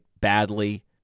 badly